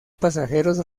pasajeros